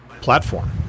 platform